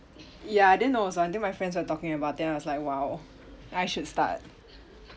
ya I didn't know also until my friends were talking about then I was like !wow! I should start